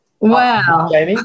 Wow